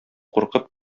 куркып